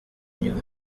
inyuma